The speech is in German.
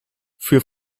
für